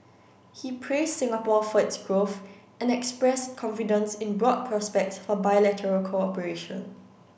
he praised Singapore for its growth and expressed confidence in broad prospects for bilateral cooperation